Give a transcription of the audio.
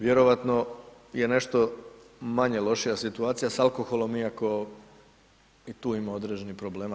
Vjerojatno je nešto manje lošija situacija sa alkoholom iako i tu ima određenih problema.